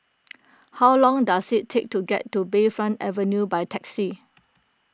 how long does it take to get to Bayfront Avenue by taxi